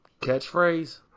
catchphrase